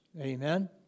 Amen